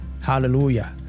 hallelujah